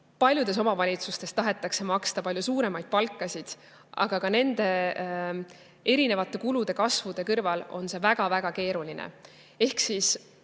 Paljudes omavalitsustes tahetakse maksta palju suuremaid palkasid, aga nende erinevate kulude kasvu kõrval on see väga-väga keeruline. Ma olen